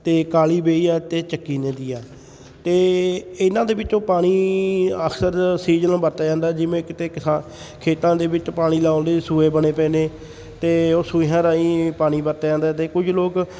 ਅਤੇ ਕਾਲੀ ਬੇਈ ਆ ਅਤੇ ਚੱਕੀ ਨਦੀ ਆ ਅਤੇ ਇਹਨਾਂ ਦੇ ਵਿੱਚੋਂ ਪਾਣੀ ਅਕਸਰ ਸੀਜ਼ਨਲ ਵਰਤਿਆ ਜਾਂਦਾ ਜਿਵੇਂ ਕਿਤੇ ਕਿਸਾਨ ਖੇਤਾਂ ਦੇ ਵਿੱਚ ਪਾਣੀ ਲਾਉਂਦੇ ਸੂਏ ਬਣੇ ਪਏ ਨੇ ਅਤੇ ਉਹ ਸੂਹਿਆਂ ਰਾਹੀਂ ਪਾਣੀ ਵਰਤਿਆ ਜਾਂਦਾ ਅਤੇ ਕੁਝ ਲੋਕ